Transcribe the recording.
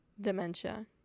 dementia